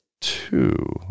two